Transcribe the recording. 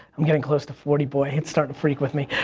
i'm getting close to forty, boy it's starting to freak with me.